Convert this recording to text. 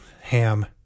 Ham